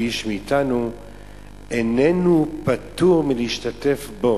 ואיש מאתנו איננו פטור מלהשתתף בו.